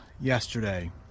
yesterday